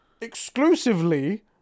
exclusively